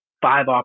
five